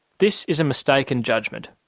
this is a mistaken judgement.